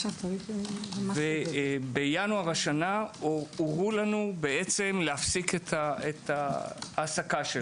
ובינואר השנה הורו לנו להפסיק את ההעסקה שלהם.